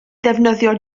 ddefnyddio